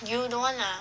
you don't want ah